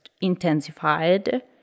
intensified